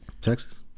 Texas